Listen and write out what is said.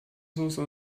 soße